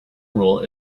rule